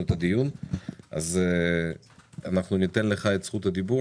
את הדיון אז אנחנו ניתן לך את זכות הדיבור,